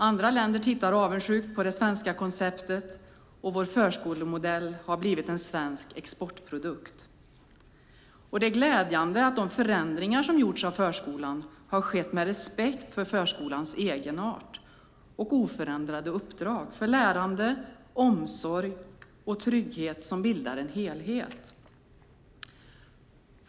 Andra länder tittar avundsjukt på det svenska konceptet, och vår förskolemodell har blivit en svensk exportprodukt. Det är glädjande att de förändringar som gjorts av förskolan har skett med respekt för förskolans egenart och oförändrade uppdrag för lärande, omsorg och trygghet som bildar en helhet.